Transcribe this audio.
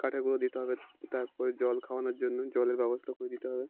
কাঠের গুঁড়ো দিতে হবে তারপরে জল খাওয়ানোর জন্য জলের ব্যবস্থা করে দিতে হবে